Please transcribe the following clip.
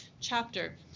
chapter